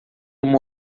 uma